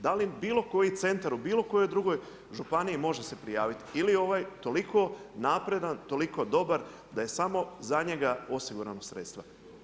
Da li bilo koji centar u bilo kojoj drugoj županiji može se prijaviti ili je ovaj toliko napredan, toliko dobar da je samo za njega osigurana sredstva?